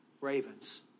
Ravens